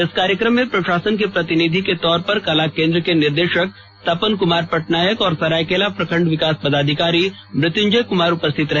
इस कार्यक्रम में प्रशासन के प्रतिनिधि के तौर पर कला केंद्र के निर्देशक तपन कुमार पटनायक और सरायकेला प्रखंड विकास पदाधिकारी मृत्युंजय कुमार उपस्थित रहे